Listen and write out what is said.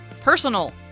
personal